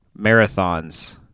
marathons